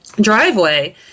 driveway